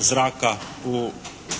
zraka u